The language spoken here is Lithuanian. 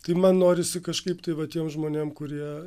tai man norisi kažkaip tai va tiem žmonėm kurie